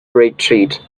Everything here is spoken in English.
retreat